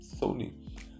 Sony